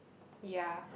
ya